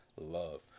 love